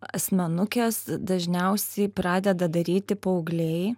asmenukes dažniausiai pradeda daryti paaugliai